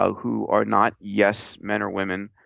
so who are not yes men or women,